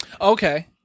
Okay